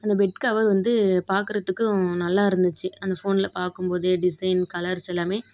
அந்த bed cover வந்து பாக்குறதுக்கும் நல்லாருந்துச்சு அந்த ஃபோனில் பார்க்கும்போதே டிசைன் கலர்ஸ் எல்லாம்